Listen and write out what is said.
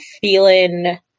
feeling